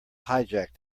hijack